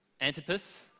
Antipas